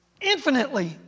infinitely